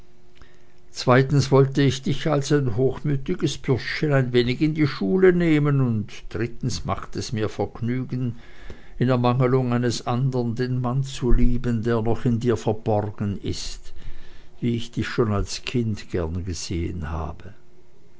zweitens wollte ich dich als ein hochmütiges bürschchen ein wenig in die schule nehmen und drittens macht es mir vergnügen in ermangelung eines andern den mann zu lieben der noch in dir verborgen ist wie ich dich schon als kind gern gesehen habe